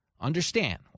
understand